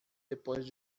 depois